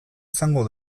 izango